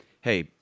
hey